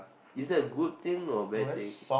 is that a good thing or bad thing